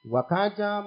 Wakaja